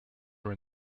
were